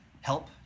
help